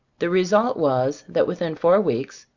the result was, that within four weeks,